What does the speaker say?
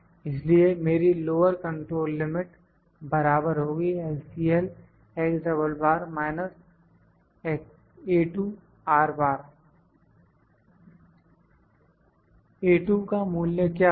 इसलिए मेरी lower control limit बराबर होगी LCL A2 का मूल्य क्या होगा